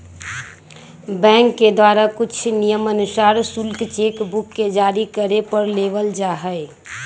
bank के द्वारा कुछ नियमानुसार शुल्क चेक बुक के जारी करे पर लेबल जा हई